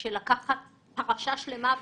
של לקחת פרשה שלמה,